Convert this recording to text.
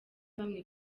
bamwe